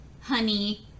Honey